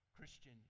Christian